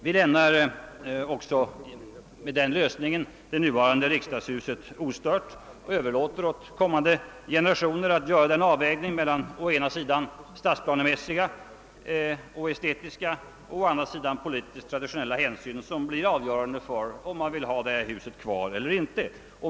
Vi lämnar med den lösningen det nuvarande riksdagshuset ostört, överlåter åt kommande generationer att göra en avvägning mellan å ena sidan stadsplanemässiga och estetiska samt å andra sidan politiskt traditionella hänsyn, vilka blir avgörande för om man vill ha detta hus kvar eller inte.